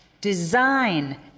design